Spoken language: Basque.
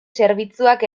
zerbitzuak